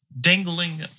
dangling